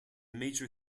major